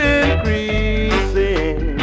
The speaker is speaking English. increasing